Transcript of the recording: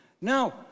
No